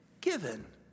given